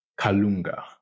kalunga